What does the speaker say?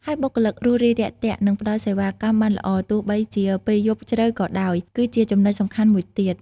មានបុគ្គលិករួសរាយរាក់ទាក់ និងផ្តល់សេវាកម្មបានល្អ ទោះបីជាពេលយប់ជ្រៅក៏ដោយ គឺជាចំណុចសំខាន់មួយទៀត។